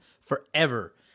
forever